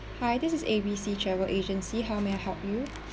hi this is A B C travel agency how may I help you